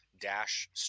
dash